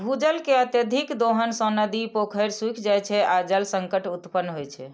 भूजल के अत्यधिक दोहन सं नदी, पोखरि सूखि जाइ छै आ जल संकट उत्पन्न होइ छै